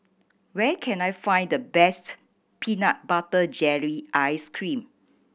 where can I find the best peanut butter jelly ice cream